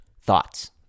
Thoughts